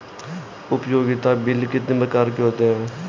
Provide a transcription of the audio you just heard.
उपयोगिता बिल कितने प्रकार के होते हैं?